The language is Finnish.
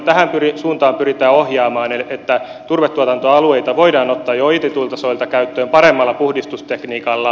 tähän suuntaan pyritään ohjaamaan että turvetuotantoalueita voidaan ottaa jo ojitetuilta soilta käyttöön paremmalla puhdistustekniikalla